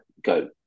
go